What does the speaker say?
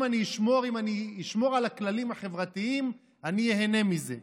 אם אני אשמור על הכללים החברתיים, אני איהנה מזה.